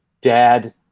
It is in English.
dad